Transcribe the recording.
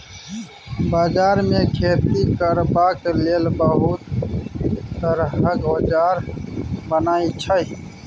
बजार मे खेती करबाक लेल बहुत तरहक औजार बनई छै